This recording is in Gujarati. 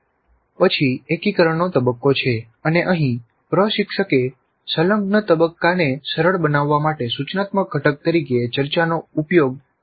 પછી એકીકરણનો તબક્કો છે અને અહીં પ્રશિક્ષકે સંકલન તબક્કાને સરળ બનાવવા માટે સૂચનાત્મક ઘટક તરીકે ચર્ચાનો ઉપયોગ કરવાનું પસંદ કર્યું છે